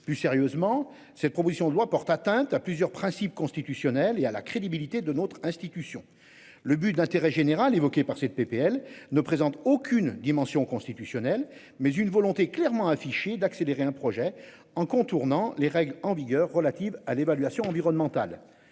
Plus sérieusement, cette proposition de loi porte atteinte à plusieurs principes constitutionnels et à la crédibilité de notre institution. Le but d'intérêt général évoquée par cette PPL ne présente aucune dimension constitutionnelle mais une volonté clairement affichée d'accélérer un projet en contournant les règles en vigueur relative à l'évaluation environnementale.